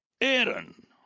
Aaron